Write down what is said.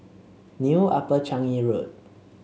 New Upper Changi Road